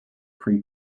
pre